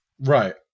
right